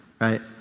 right